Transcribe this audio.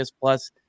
plus